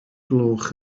gloch